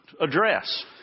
address